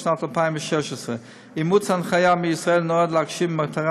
בשנת 2016. אימוץ ההנחיה בישראל נועד להגשים מטרה